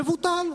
מבוטלים.